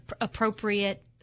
appropriate